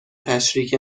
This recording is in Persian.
تشریک